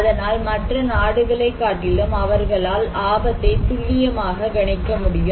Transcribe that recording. அதனால் மற்ற நாடுகளை காட்டிலும் அவர்களால் ஆபத்தை துள்ளியமாக கணிக்க முடியும்